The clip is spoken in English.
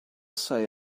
say